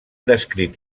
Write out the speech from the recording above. descrit